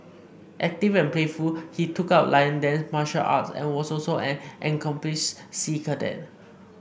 active and playful he took up lion dance and martial arts and was also an accomplished sea cadet